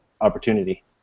opportunity